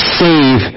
save